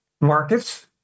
markets